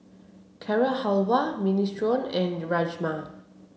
Carrot Halwa Minestrone and Rajma